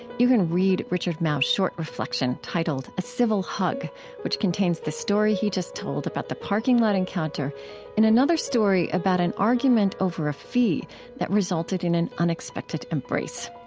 you can read richard mouw's short reflection titled a civil hug which contains the story he just told about the parking lot encounter and another story about an argument over a fee that resulted in an unexpected embrace.